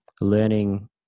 learning